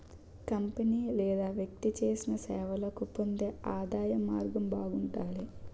company లేదా వ్యక్తి చేసిన సేవలకు పొందే ఆదాయం మార్గం బాగుండాలి